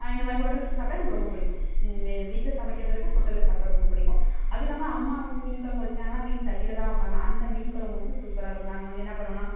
இந்த மாதிரி ஹோட்டல்ஸில் சாப்பிடா எனக்கு ரொம்பப் பிடிக்கும் வீட்டில் சமைக்கிறதை விட ஹோட்டலில் சாப்பிட ரொம்ப பிடிக்கும் அதுவும் இல்லாமல் அம்மா வந்து மீன் குழம்பு வைச்சாங்கன்னா மீன் சட்டியில்தான் வைப்பாங்க அந்த மீன் குழம்பு வந்து சூப்பராக இருக்கும் நாங்கள் வந்து என்ன பண்ணுவோம்னா